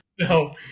No